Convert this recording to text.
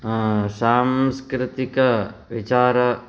सांस्कृतिकविचारः